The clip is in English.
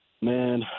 Man